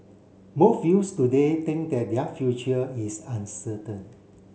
most youths today think that their future is uncertain